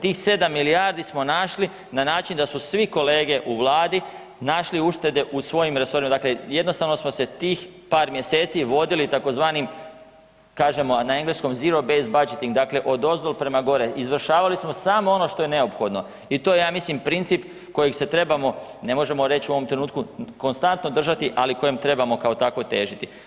Tih 7 milijardi smo našli na način da su svi kolege u Vladi našli uštede u svojim resorima, dakle jednostavno smo se tih par mjeseci vodili tzv. kažemo na engleskom zero baset budgeting dakle odozdol prema gore, izvršavali smo samo ono što je neophodno i to je ja mislim princip kojeg se trebamo, možemo reći u ovom trenutku konstantno držati, ali kojem trebamo kao takvom težiti.